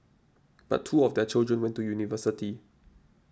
but two of their children went to university